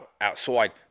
outside